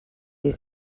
des